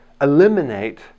eliminate